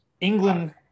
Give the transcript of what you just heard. England